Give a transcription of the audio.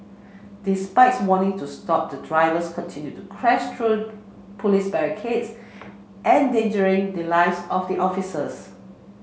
despite warning to stop the drivers continued to crash through police barricades endangering the lives of the officers